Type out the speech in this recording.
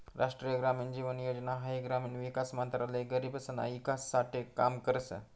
राष्ट्रीय ग्रामीण जीवन योजना हाई ग्रामीण विकास मंत्रालय गरीबसना ईकास साठे काम करस